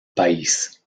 país